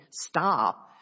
stop